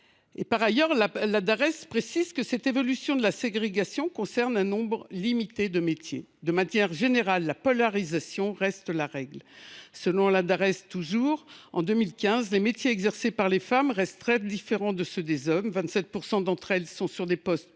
Par ailleurs, la Dares précise que l’évolution de la ségrégation concerne un nombre limité de métiers. De manière générale, la polarisation reste la règle. En 2015, les métiers exercés par les femmes restent très différents de ceux des hommes : 27 % d’entre elles sont sur des postes